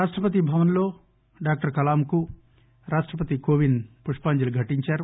రాష్టపతి భవన్లో డాక్టర్ కలాంకు రాష్టపతి కోవింద్ పుష్పాంజలి ఘటించారు